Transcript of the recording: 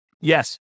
yes